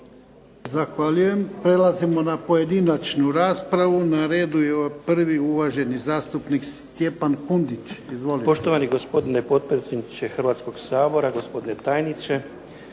Zahvaljujem. Prelazimo na pojedinačnu raspravu. Na redu je, prvi uvaženi zastupnik Stjepan Kundić. Izvolite. **Kundić, Stjepan (HDZ)** Poštovani gospodine potpredsjedniče Hrvatskog sabora, gospodine tajniče.